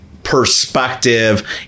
perspective